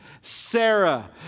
Sarah